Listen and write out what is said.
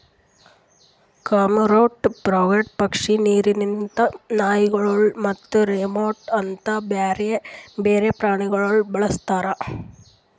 cormorant, frigate ಪಕ್ಷಿ, ನೀರಿಂದ್ ನಾಯಿಗೊಳ್ ಮತ್ತ ರೆಮೊರಾ ಅಂತ್ ಬ್ಯಾರೆ ಬೇರೆ ಪ್ರಾಣಿಗೊಳ್ ಬಳಸ್ತಾರ್